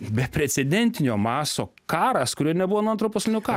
be precedentinio masto karas kurio nebuvo nuo antro pasaulinio karo